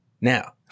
Now